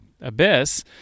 Abyss